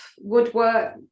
woodwork